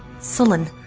sullen,